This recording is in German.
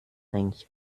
eigentlich